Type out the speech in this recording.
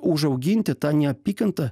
užauginti tą neapykantą